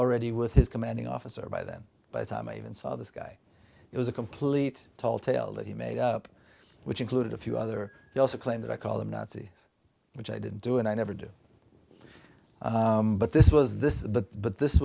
already with his commanding officer by then by the time i even saw this guy it was a complete tall tale that he made up which included a few other they also claim that i call them nazi which i didn't do and i never do but this was this is the but this